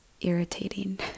irritating